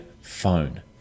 phone